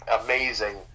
amazing